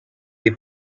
the